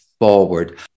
forward